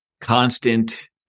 Constant